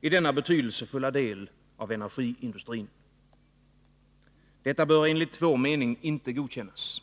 i denna betydelsefulla del av energiindustrin. Detta bör enligt vår mening inte godtas.